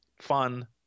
fun